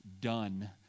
done